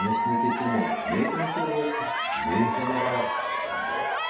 nes neketinu nei konkuruoti nei į honorarus pretenduoti